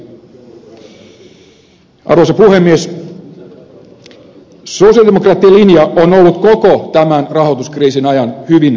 sosialidemokraattien linja on ollut koko tämän rahoituskriisin ajan hyvin selkeä